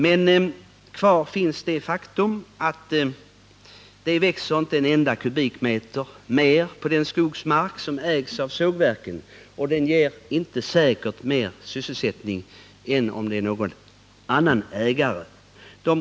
Men kvar står det faktum att det inte växer en enda kubikmeter mer på den skogsmark som ägs av sågverken, och det är inte säkert att det blir mer sysselsättning än med någon annan ägare.